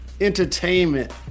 entertainment